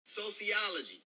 sociology